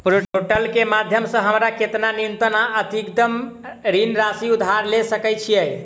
Portal केँ माध्यम सऽ हमरा केतना न्यूनतम आ अधिकतम ऋण राशि उधार ले सकै छीयै?